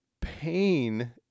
pain